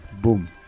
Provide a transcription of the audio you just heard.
boom